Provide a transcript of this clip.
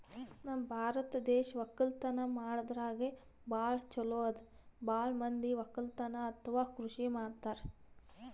ನಮ್ ಭಾರತ್ ದೇಶ್ ವಕ್ಕಲತನ್ ಮಾಡದ್ರಾಗೆ ಭಾಳ್ ಛಲೋ ಅದಾ ಭಾಳ್ ಮಂದಿ ವಕ್ಕಲತನ್ ಅಥವಾ ಕೃಷಿ ಮಾಡ್ತಾರ್